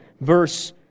verse